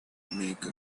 make